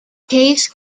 case